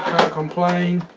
complain.